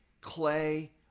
Clay